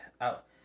out